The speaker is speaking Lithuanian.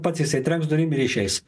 pats jisai trenks durim ir išeis